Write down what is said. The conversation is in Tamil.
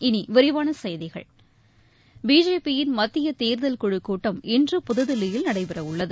இனி விரிவான செய்திகள் பிஜேபியின் மத்திய தேர்தல் குழுக் கூட்டம் இன்று புதுதில்லியில் நடைபெறவுள்ளது